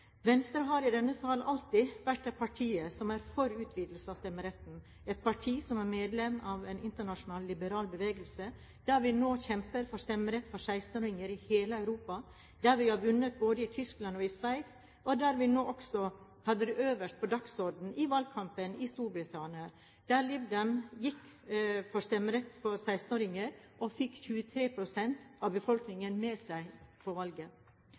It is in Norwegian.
Venstre har i denne sal alltid vært det partiet som har vært for utvidelse av stemmeretten – et parti som er medlem av en internasjonal liberal bevegelse, der vi nå kjemper for stemmerett for 16-åringer i hele Europa, der vi har vunnet både i Tyskland og i Sveits, og der vi nå også hadde det øverst på dagsordenen i valgkampen i Storbritannia, der Lib Dem gikk for stemmerett for 16-åringer og fikk 23 pst. av befolkningen med seg ved valget.